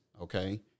okay